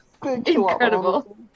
incredible